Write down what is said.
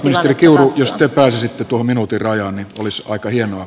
ministeri kiuru jos te pääsisitte tuohon minuutin rajaan niin olisi aika hienoa